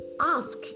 ask